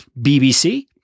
BBC